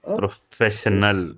professional